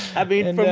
i mean,